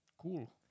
cool